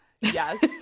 Yes